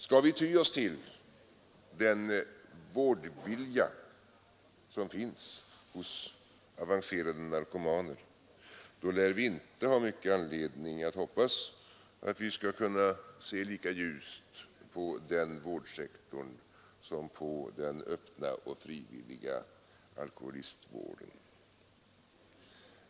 Skall vi ty oss till den vårdvilja som finns hos avancerade narkomaner, lär vi inte ha stor anledning att hoppas att vi skall kunna se lika ljust på vårdsektorn som på den öppna och frivilliga alkoholistvården.